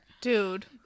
Dude